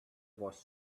was